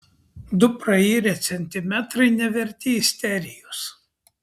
du prairę centimetrai neverti isterijos